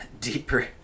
deeper